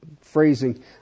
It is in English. phrasing